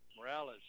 Morales